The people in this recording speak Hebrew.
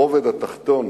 הרובד התחתון